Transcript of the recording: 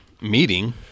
meeting